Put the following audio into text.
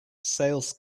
sales